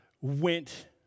went